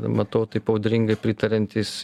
matau taip audringai pritariantys